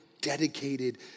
dedicated